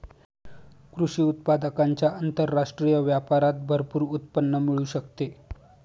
कृषी उत्पादकांच्या आंतरराष्ट्रीय व्यापारात भरपूर उत्पन्न मिळू शकते